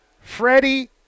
Freddie